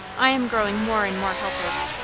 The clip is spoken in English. i am growing more and more helpless.